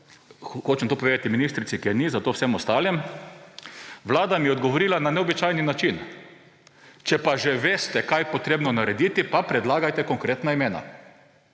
Hočem to povedati ministrici, ki je ni, zato vsem ostalim. Vlada mi je odgovorila na neobičajen način – Če pa že veste, kaj je treba narediti, pa predlagajte konkretna imena.